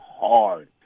hard